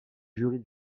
jury